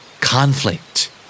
Conflict